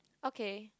okay